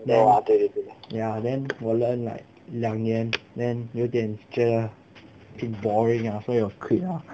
then ya then 我 learn like 两年 then 有点觉得 a bit boring ah 所以我 quit lah